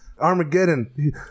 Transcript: Armageddon